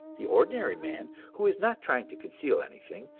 the ordinary man, who is not trying to conceal anything,